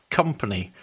company